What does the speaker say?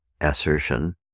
assertion